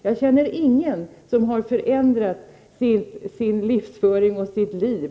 Jag känner ingen som under tvång har förändrat sin livsföring och sitt liv.